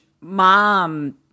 mom